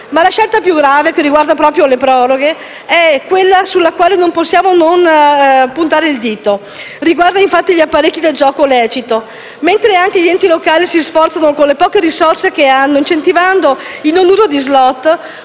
Ma la scelta più grave, che riguarda proprio le proroghe, è quella sulla quale non possiamo non puntare il dito; riguarda infatti gli apparecchi del gioco lecito. Mentre anche gli enti locali si sforzano con le poche risorse che hanno di disincentivare le